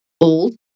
old